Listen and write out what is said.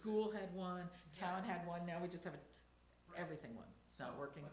school had one child had one now we just have everything one so working